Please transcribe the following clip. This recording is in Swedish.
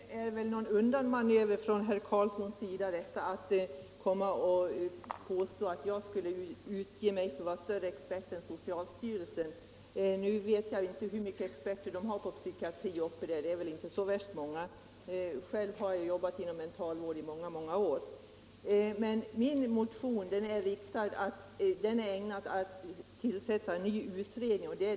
Herr talman! Det är väl någon undanmanöver när herr Karlsson i Huskvarna påstår att jag skulle utge mig för att vara större expert än socialstyrelsen. Nu vet jag inte hur många experter på psykiatri de har där — det är väl inte så värst många. Själv har jag jobbat inom mentalvård i många, många år. Min motion syftar till att man skall tillsätta en utredning.